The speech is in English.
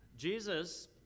Jesus